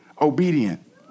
obedient